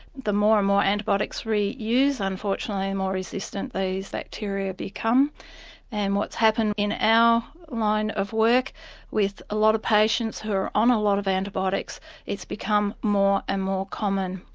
the more and more antibiotics we use unfortunately the and more resistant these bacteria become and what's happened in our line of work with a lot of patients who are on a lot of antibiotics it's become more and more common.